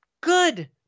Good